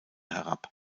herab